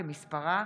שמספרה